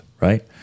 right